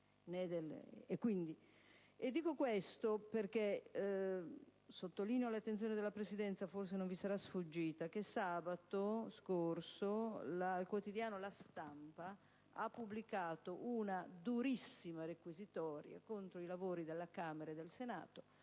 senatore presente. Sottolineo all'attenzione della Presidenza - forse non vi sarà sfuggito - che sabato scorso il quotidiano «La Stampa» ha pubblicato una durissima requisitoria contro i lavori della Camera e del Senato,